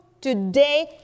today